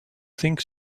think